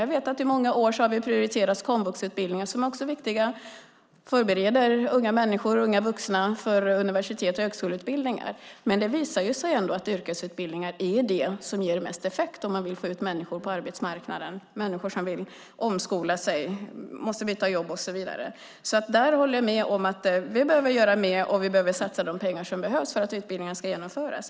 Jag vet att vi under många har prioriterat komvuxutbildningar, som också är viktiga. De förbereder unga människor och unga vuxna för universitet och högskoleutbildningar. Men det visar sig ändå att yrkesutbildningar är det som ger mest effekt om man vill få ut människor på arbetsmarknaden. Det handlar om människor som vill omskola sig, måste byta jobb och så vidare. Jag håller med om att vi behöver göra mer och satsa de pengar som behövs för att utbildningar ska genomföras.